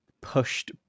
pushed